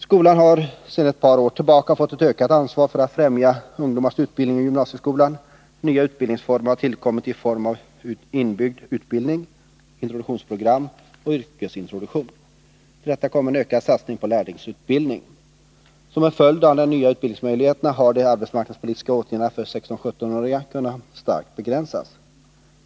Skolan har sedan ett par år tillbaka ett ökat ansvar för främjandet av ungdomars utbildning i gymnasieskolan. Nya utbildningsformer har tillkommit i form av inbyggd utbildning, introduktionsprogram och yrkesintroduktion. Till detta kommer en ökad satsning på lärlingsutbildning. Som en följd av de nya utbildningsmöjligheterna har de arbetsmarknadspolitiska åtgärderna för 16-17-åringarna kunnat starkt begränsas.